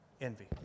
envy